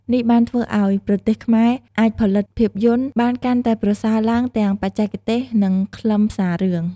នេះបានធ្វើឱ្យ ប្រទេសខ្មែរអាចផលិតភាពយន្ត បានកាន់តែប្រសើរឡើងទាំងបច្ចេកទេស និង ខ្លឹមសាររឿង។